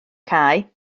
cae